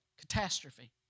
Catastrophe